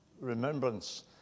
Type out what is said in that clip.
remembrance